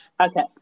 Okay